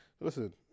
listen